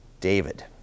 David